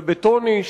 ובטוני,